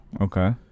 Okay